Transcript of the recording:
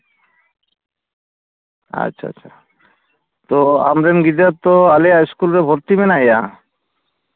ᱟᱪᱪᱷᱟ ᱪᱷᱟ ᱛᱚ ᱟᱢᱨᱮᱱ ᱜᱤᱫᱽᱨᱟᱹ ᱛᱚ ᱟᱞᱮᱭᱟᱜ ᱤᱥᱠᱩᱞ ᱨᱮ ᱵᱷᱩᱨᱛᱤ ᱢᱮᱱᱟᱭᱟ